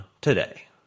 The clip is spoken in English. today